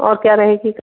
और क्या रहेगी